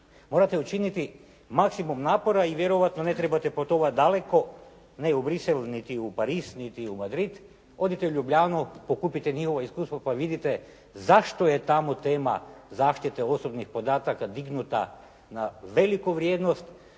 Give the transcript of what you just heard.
morate učiniti maksimum napora i vjerojatno ne trebate putovati daleko, ne u Bruxelles, niti u Pariz, niti u Madrid. Odite u Ljubljanu pokupite njihova iskustva pa vidite zašto je tamo tema zaštite osobnih podataka na veliku vrijednost